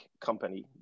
company